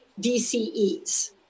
DCEs